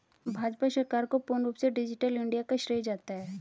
भाजपा सरकार को पूर्ण रूप से डिजिटल इन्डिया का श्रेय जाता है